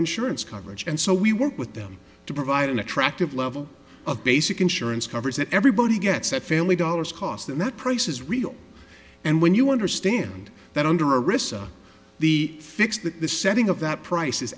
insurance coverage and so we work with them to provide an attractive level of basic insurance coverage that everybody gets that family dollars cost and that price is real and when you understand that under risk the fix that the setting of that price